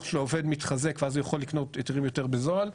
של העובד מתחזק ואז הוא יכול לקנות היתרים יותר בזול,